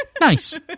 nice